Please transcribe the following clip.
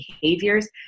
behaviors